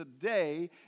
today